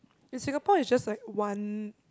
in Singapore is just like one